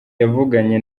yavuganye